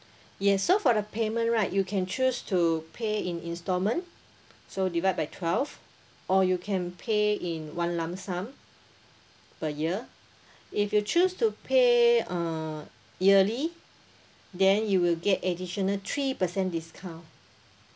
yes so for the payment right you can choose to pay in instalment so divide by twelve or you can pay in one lump sum per year if you choose to pay uh yearly then you will get additional three percent discount